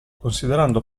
considerando